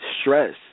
stress